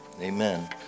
amen